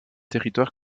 territoire